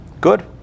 Good